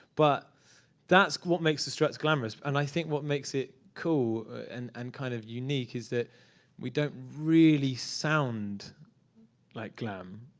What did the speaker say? but that's what makes the struts glamorous. and i think what makes it cool and and kind of unique is that we don't really sound like glam.